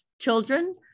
children